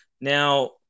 now